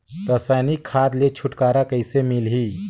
रसायनिक खाद ले छुटकारा कइसे मिलही?